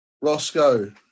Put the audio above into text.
Roscoe